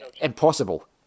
impossible